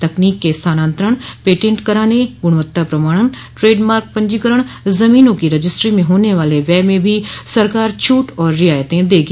तकनीक के स्थानान्तरण पेटेन्ट कराने गुणवत्ता प्रमाणन ट्रेड मार्क पंजीकरण जमीनो की रजिस्ट्री में होने वाले व्यय में भी सरकार छूट और रियायते देगी